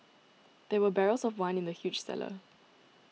there were barrels of wine in the huge cellar